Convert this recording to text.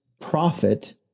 profit